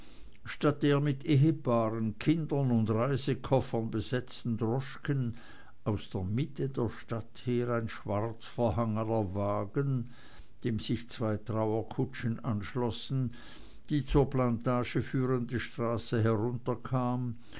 statt der mit ehepaaren kindern und reisekoffern besetzten droschken aus der mitte der stadt her ein schwarz verhangener wagen dem sich zwei trauerkutschen anschlossen die zur plantage führende straße herunterkam